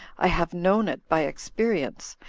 i have known it by experience,